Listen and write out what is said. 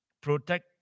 protect